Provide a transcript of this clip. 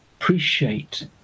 appreciate